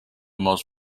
most